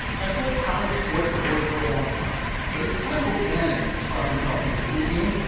that's the way college sports have worked for a long time but at the time o'bannon saw himself in the video game,